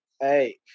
Hey